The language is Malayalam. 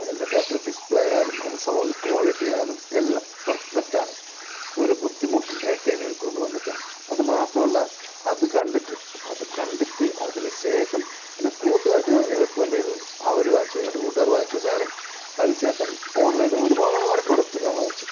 അതിൻ്റെ ബാറ്ററി ഡിസ്പ്ലേ ആയാലും അതിൻ്റെ സൗണ്ട് ക്വാളിറ്റിയായാലും എല്ലാം പെർഫെക്റ്റാണ് ഒരു ബുദ്ധിമുട്ടും എനിക്ക് അതിനെക്കൊണ്ട് വന്നിട്ടില്ല അതുമാത്രമല്ല അത് കണ്ടിട്ട് അപ്പം അത് കണ്ടിട്ട് അതിനു ശേഷം എൻ്റെ കൂട്ടുകാർക്ക് ഞാനിത് റെക്കമെൻറ്റ് ചെയ്തു ഇത് കൂട്ടുകാർക്ക് വേണ്ടി ഇത് അവർ വാങ്ങി എൻ്റെ കൂട്ടുകാർ വാങ്ങി ഈ സാധനം അതിനുശേഷം ഓൺലൈൻ നിന്ന് ഒരുപാട് പ്രോഡക്റ്റ് ഞാൻ വാങ്ങി